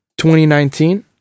2019